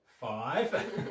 five